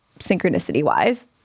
synchronicity-wise